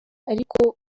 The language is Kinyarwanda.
ariko